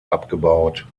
abgebaut